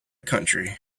county